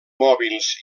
mòbils